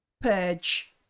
Purge